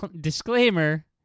disclaimer